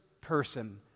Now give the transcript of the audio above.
person